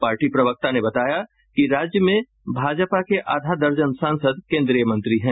party प्रवक्ता ने बताया कि राज्य से भाजपा के आधा दर्जन सांसद केंद्रीय मंत्री हैं